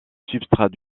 substrat